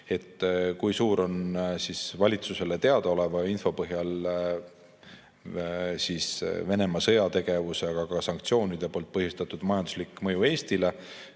Kui suur on valitsusele teada oleva info põhjal Venemaa sõjategevuse, aga ka sanktsioonide põhjustatud majanduslik mõju Eestile?